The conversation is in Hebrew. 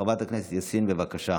חברת הכנסת יאסין, בבקשה.